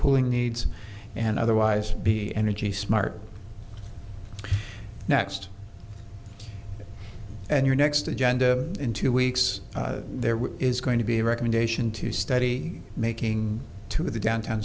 cooling needs and otherwise be energy smart next and your next agenda in two weeks there is going to be a recommendation to study making to the downtown